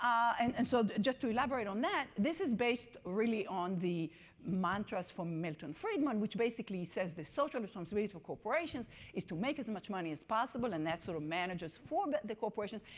um and and so just to elaborate on that, this is based really on the mantras from milton freedman. which basically says the social responsibilities for corporations is to make as much money as possible and that sort of manages for but the corporation.